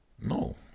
no